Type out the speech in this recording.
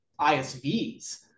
ISVs